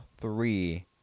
three